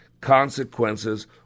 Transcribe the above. consequences